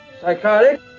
Psychotic